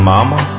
Mama